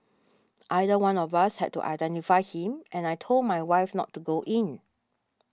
either one of us had to identify him and I told my wife not to go in